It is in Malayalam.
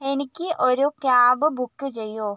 എനിക്ക് ഒരു ക്യാബ് ബുക്ക് ചെയ്യുമോ